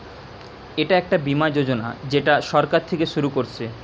এটা একটা বীমা যোজনা যেটা সরকার থিকে শুরু করছে